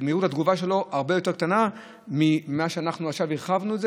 מהירות התגובה שלו הרבה יותר קטנה ממה שאנחנו עכשיו הרחבנו את זה,